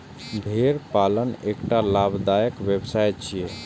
भेड़ पालन एकटा लाभदायक व्यवसाय छियै